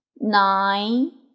nine